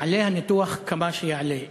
יעלה הניתוח כמה שיעלה,